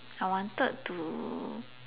I wanted to